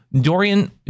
Dorian